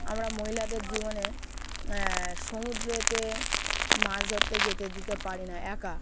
আমরা মহিলাদের জীবনে সমুদ্রেতে মাছ ধরতে যেতে দিতে পারি না একা